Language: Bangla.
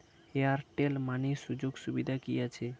এয়ারটেল মানি সুযোগ সুবিধা কি আছে?